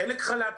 חלק בחל"ת,